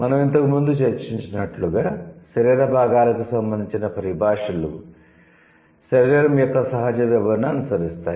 మనం ఇంతకుముందు చర్చించినట్లుగా శరీర భాగాలకు సంబంధించిన పరిభాషలు 'శరీరం' యొక్క సహజ విభజనను అనుసరిస్తాయి